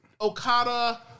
Okada